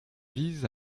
vise